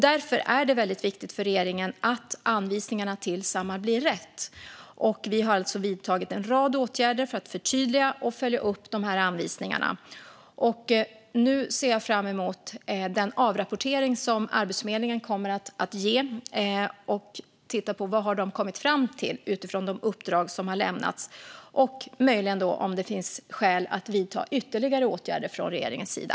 Därför är det viktigt för regeringen att anvisningarna till Samhall blir rätt, och vi har alltså vidtagit en rad åtgärder för att förtydliga och följa upp de här anvisningarna. Nu ser jag fram emot den avrapportering som Arbetsförmedlingen kommer att göra. Jag ska titta på vad de har kommit fram till utifrån de uppdrag som har lämnats och se om det möjligen finns skäl att vidta ytterligare åtgärder från regeringens sida.